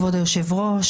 כבוד היושב-ראש,